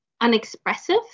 unexpressive